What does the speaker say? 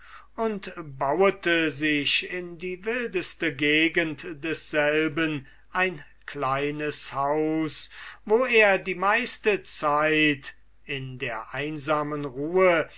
und bauete sich in die wildeste gegend desselben ein kleines haus wo er die meiste zeit in der einsamen ruhe